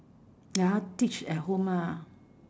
ya teach at home ah